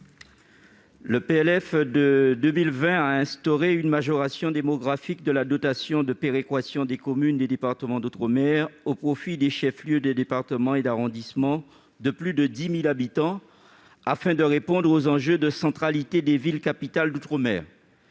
Le PLF pour 2020 a instauré une majoration démographique de la dotation de péréquation des communes des départements d'outre-mer au profit des chefs-lieux de département et d'arrondissement de plus de 10 000 habitants, afin de répondre aux enjeux de centralité des villes capitales d'outre-mer.